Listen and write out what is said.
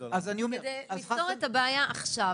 לעשות כדי לפתור את הבעיה עכשיו?